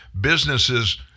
businesses